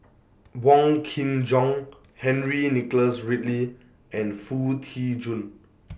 Wong Kin Jong Henry Nicholas Ridley and Foo Tee Jun